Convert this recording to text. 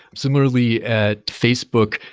similarly, at facebook,